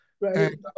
Right